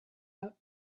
out